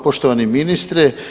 Poštovani ministre.